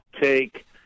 take